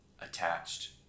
attached